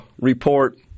report